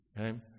Okay